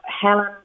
Helen